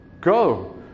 go